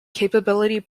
capability